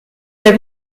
der